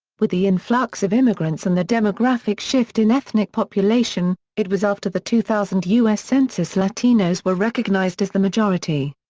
with the influx of immigrants and the demographic shift in ethnic population, it was after the two thousand u s. census latinos were recognized as the majority.